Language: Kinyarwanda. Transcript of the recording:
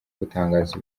gutangaza